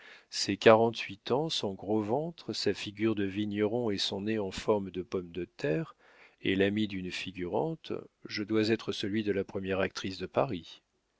ses quarante-huit ans son gros ventre sa figure de vigneron et son nez en forme de pomme de terre est l'ami d'une figurante je dois être celui de la première actrice de paris